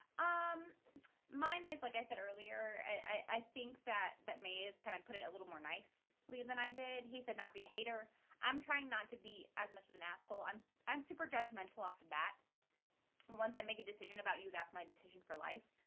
um mine is like i said earlier i think that that may is kind of put it a little more nice leave than i did. he said not be a hater i'm trying not to be as much of an asshole. i'm i'm super judgmental all combat and once i make a decision about you, that's my decision for life.